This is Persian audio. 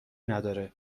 نداره